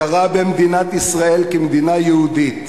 הכרה במדינת ישראל כמדינה יהודית,